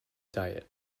diet